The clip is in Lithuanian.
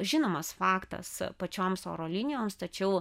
žinomas faktas pačioms oro linijoms tačiau